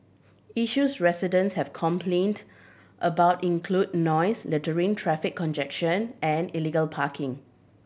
issues residents have complained about include noise littering traffic congestion and illegal parking